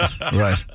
Right